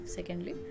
Secondly